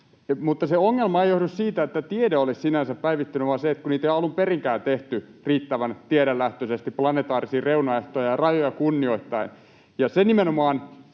mutta se ongelma ei johdu siitä, että tiede olisi sinänsä päivittynyt, vaan siitä, että niitä ei ole alun perinkään tehty riittävän tiedelähtöisesti planetaarisia reunaehtoja ja rajoja kunnioittaen.